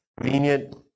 convenient